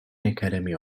academy